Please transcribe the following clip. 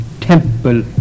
temple